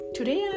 Today